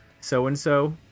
so-and-so